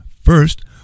first